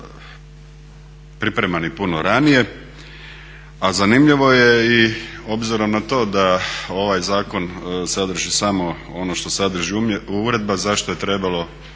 pripreman i puno ranije, a zanimljivo je i obzirom na to da ovaj zakon sadrži samo ono što sadrži uredba zašto je trebalo